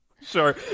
sure